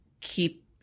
keep